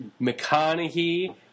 McConaughey